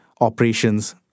operations